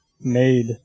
made